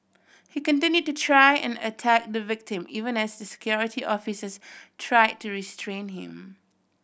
he continued to try and attack the victim even as Security Officers try to restrain him